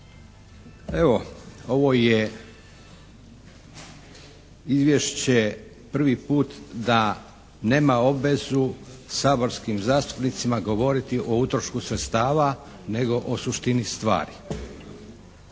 Evo, ovo je izvješće prvi put da nema obvezu saborskim zastupnicima govoriti o utrošku sredstava nego o suštini stvari.